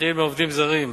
נתחיל בעובדים זרים,